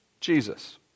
Jesus